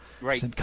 Right